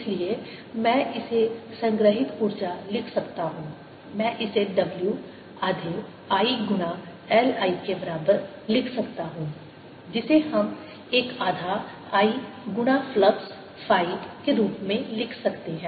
इसलिए मैं इसे संग्रहीत ऊर्जा लिख सकता हूं मैं इसे W आधे I गुणा LI के बराबर लिख सकता हूं जिसे हम 1 आधा I गुणा फ्लक्स फाई के रूप में लिख सकते हैं